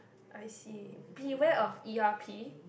I see beware of e_r_p